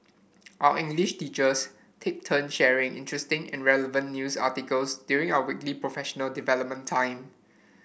our English teachers take turns sharing interesting and relevant news articles during our weekly professional development time